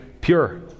pure